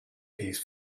piece